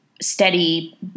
steady